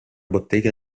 bottega